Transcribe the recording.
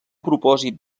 propòsit